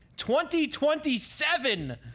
2027